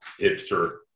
hipster